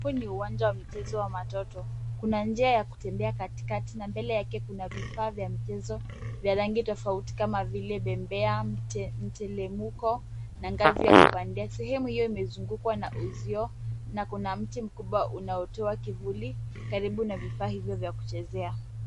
Huu ni uwanja wa michezo wa watoto. Kuna njia ya kutembea katikati na mbele yake kuna vifaa vya michezo vya rangi tofauti kama vile bembea, mtelemko na ngazi ya kupandia. Sehemu hiyo imezungukwa na uzio na kuna mti mkubwa unaotoa kivuli karibu na vifaa hivyo vya kuchezea.